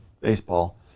Baseball